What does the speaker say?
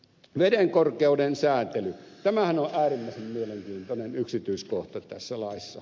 vedenkorkeuden sääntelyhän on äärimmäisen mielenkiintoinen yksityiskohta tässä laissa